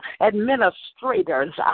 administrators